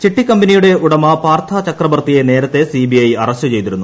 ചിട്ടിക്കമ്പനിയുടെ ഉടമ പാർഥ ചക്രബർത്തിയെ നേരത്തെ സിബിഐ അറസ്റ്റ് ചെയ്തിരുന്നു